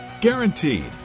guaranteed